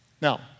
Now